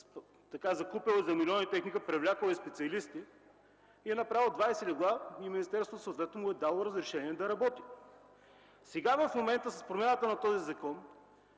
закупил е за милиони техника, привлякъл е специалисти и е направил 20 легла, а министерството съответно му е дало разрешение да работи. Сега в момента с промяната на този закон,